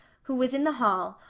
who was in the hall,